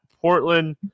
portland